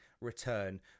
return